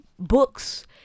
books